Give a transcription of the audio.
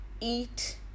eat